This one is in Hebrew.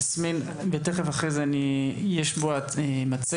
יסמין ותיכף אחרי זה יש פה מצגת,